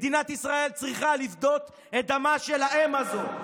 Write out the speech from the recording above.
מדינת ישראל צריכה לפדות את דמה של האם הזו.